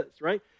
right